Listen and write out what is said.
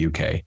UK